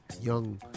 young